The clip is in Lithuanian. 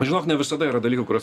žinok ne visada yra dalykų kuriuos